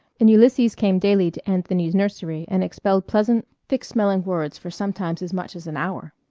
and ulysses came daily to anthony's nursery and expelled pleasant, thick-smelling words for sometimes as much as an hour.